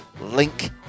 Link